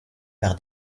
par